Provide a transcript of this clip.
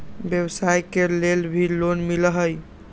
व्यवसाय के लेल भी लोन मिलहई?